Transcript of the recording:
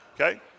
Okay